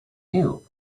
new